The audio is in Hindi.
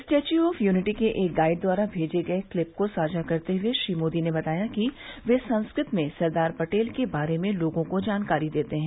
स्टैच्यू ऑफ यूनिटी के एक गाइड द्वारा भेजे गए क्लिप को साझा करते हुए श्री मोदी ने बताया कि वे संस्कृत में सरदार पटेल के बारे में लोगों को जानकारी देते हैं